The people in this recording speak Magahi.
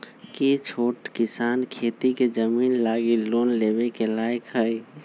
कि छोट किसान खेती के जमीन लागी लोन लेवे के लायक हई?